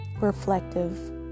reflective